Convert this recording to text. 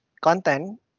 content